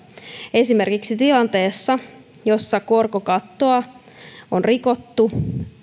esimerkiksi tilanteessa jossa korkokattoa on rikottu